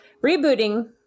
rebooting